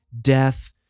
death